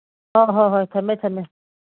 ꯍꯣꯏ ꯍꯣꯏ ꯊꯝꯃꯦ ꯊꯝꯃꯦ